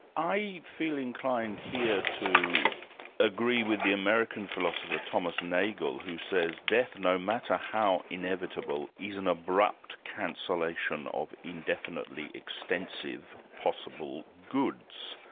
i feel inclined here to agree with the american philosopher thomas nagle who says death, no matter how inevitable, is an abrupt cancellation of indefinitely extensive possible goods.